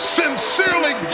sincerely